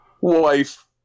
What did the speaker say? Wife